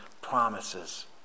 promises